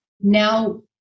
now